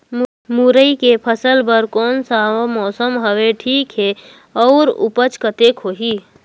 मुरई के फसल बर कोन सा मौसम हवे ठीक हे अउर ऊपज कतेक होही?